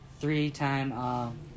three-time